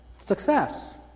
Success